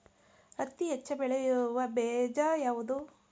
ಹತ್ತಿ ಹೆಚ್ಚ ಬೆಳೆಯುವ ಬೇಜ ಯಾವುದು?